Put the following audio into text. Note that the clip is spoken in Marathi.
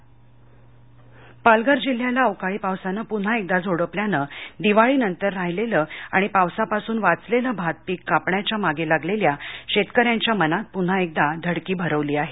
पाऊस पालघर पालघर जिल्ह्याला अवकाळी पावसानं पुन्हा एकदा झोडपल्यानं दिवाळीनंतर राहिलेलं आणि पावसापासून वाचलेलं भात पिक कापण्याच्या मागे लागलेल्या शेतकाऱ्यांच्या मनात पुन्हा एकदा धडकी भरवली आहे